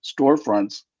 storefronts